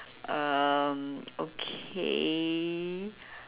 um okay